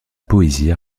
poésie